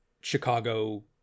chicago